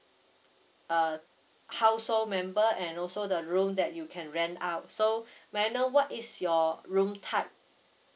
uh household member and also the room that you can rent out so may I know what is your room type